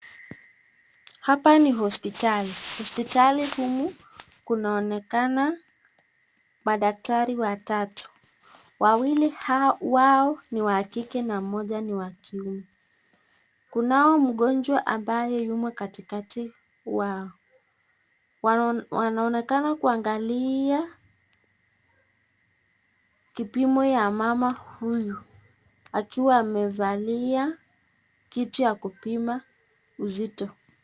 Hapa ni hospitali, hospitali humu kunaonekana madaktari watatu, wawili wao ni wa kike na mmoja ni wa kiume ,kunao mgonjwa ambaye yumo katikati yao wanaonekana kuangalia kipimo ya mama huyu akiwa amevalia kitu ya kupima uzito.